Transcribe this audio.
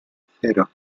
cero